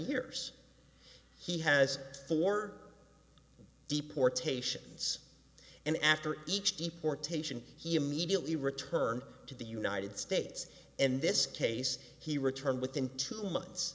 years he has four deportations and after each deportation he immediately returned to the united states in this case he returned within two months